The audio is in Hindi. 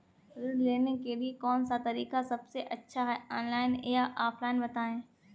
ऋण लेने के लिए कौन सा तरीका सबसे अच्छा है ऑनलाइन या ऑफलाइन बताएँ?